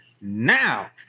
Now